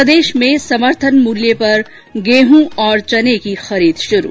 प्रदेश में समर्थन मूल्य पर गेहूं और चने की खरीद शुरू